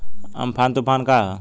Amphan तुफान का ह?